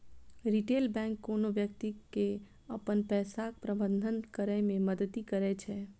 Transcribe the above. retail bank कोनो व्यक्ति के अपन पैसाक प्रबंधन करै मे मदति करै छै